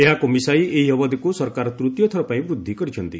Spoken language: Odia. ଏହାକୁ ମିଶାଇ ଏହି ଅବଧିକୁ ସରକାର ତୃତୀୟଥର ପାଇଁ ବୃଦ୍ଧି କରିଛନ୍ତି